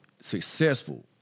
successful